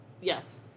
Yes